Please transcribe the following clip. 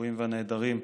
השבויים והנעדרים,